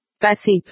Passive